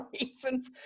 reasons